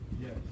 Yes